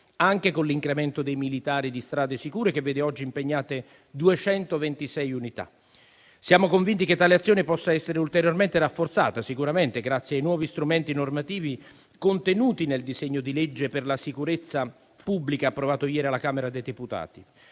anche con l'incremento dei militari di Strade sicure, che vede oggi impegnate 226 unità. Siamo convinti che tale azione possa essere ulteriormente rafforzata, sicuramente grazie ai nuovi strumenti normativi contenuti nel disegno di legge per la sicurezza pubblica approvato ieri alla Camera dei deputati.